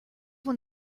want